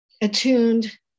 attuned